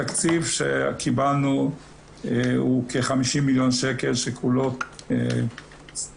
התקציב שקיבלנו הוא כ- 50 מיליון שקל שכולו יועד